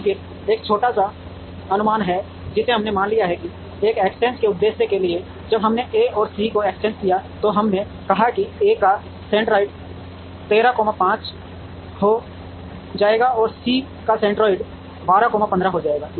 लेकिन फिर एक छोटा सा अनुमान है जिसे हमने मान लिया है इस इंटरचेंज के उद्देश्य के लिए जब हमने ए और सी को इंटरचेंज किया तो हमने कहा कि ए का सेंट्रोइड 13 कॉमा 5 हो जाएगा और सी का सेंट्रोइड 12 कॉमा 15 हो जाएगा